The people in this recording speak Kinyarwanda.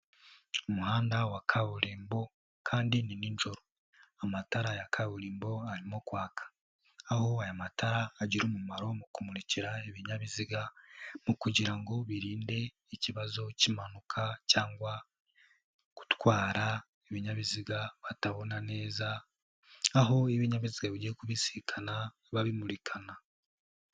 Umuhanda wa kaburimbo kandi ni nijoro amatara ya kaburimbo arimo kwaka, aho aya matara agira umumaro mu kumurikira ibinyabiziga mu kugira ngo birinde ikibazo k'impanuka, cyangwa gutwara ibinyabiziga batabona neza, aho iyo ibinyabiziga bigiye kubisikana biba bimurikana.